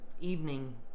evening